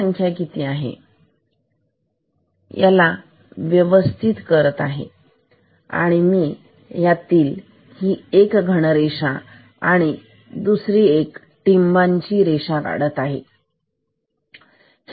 तर ही संख्या किती आहे याला व्यवस्थित करत आहे ही ह्यातील एक मी घनरेषा आणि दुसरी टिमबांची रेषा काढत आहे